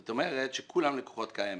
זאת אומרת שכולם לקוחות קיימים.